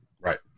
Right